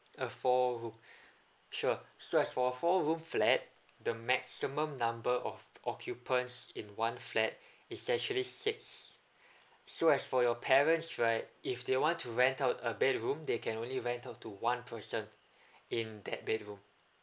a four room sure so as for four room flat the maximum number of occupants in one flat is actually six so as for your parents right if they want to rent out a bedroom they can only rent out to one person in that bedroom